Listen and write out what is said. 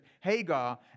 Hagar